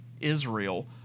Israel